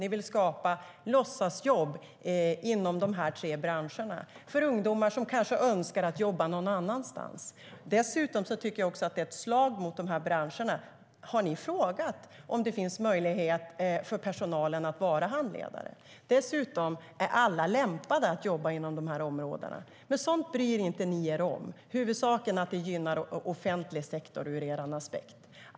Ni vill skapa låtsasjobb inom dessa tre branscher för ungdomar som kanske önskar jobba någon annanstans. Dessutom är det ett slag mot dessa branscher. Har ni frågat om det är möjligt för personalen att vara handledare? Är alla lämpade att jobba inom dessa områden? Sådant bryr ni er inte om. Ur er aspekt är huvudsaken att offentlig sektor gynnas.